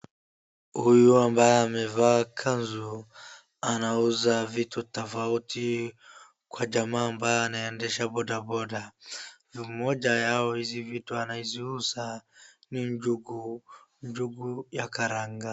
Huyu ambaye amevaa kanzu anauza vitu tofauti kwa jamaa ambaye anaendesha bodaboda. Mmoja ya hizi vitu anaziuza ni njugu ya karanga.